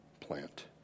plant